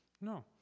no